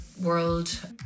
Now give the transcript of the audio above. world